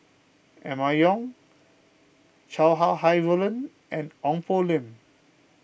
Emma Yong Chow Sau Hai Roland and Ong Poh Lim